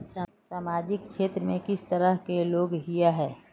सामाजिक क्षेत्र में किस तरह के लोग हिये है?